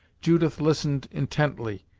judith listened intently,